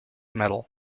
medal